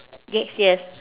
legs yes